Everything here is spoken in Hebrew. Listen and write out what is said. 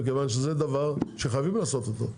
מכיוון שזה דבר שחייבים לעשות אותו.